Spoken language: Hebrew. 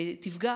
תפגע